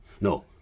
No